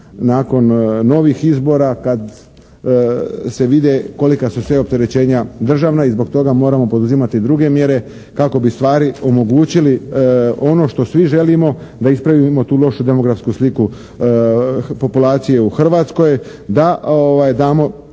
nakon novih izbora kad se vide kolika su sve opterećenja državna i zbog toga moramo poduzimati druge mjere kako bi stvari omogućili ono što svi želimo, da ispravimo tu lošu demografsku sliku populacije u Hrvatskoj, da damo